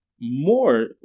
more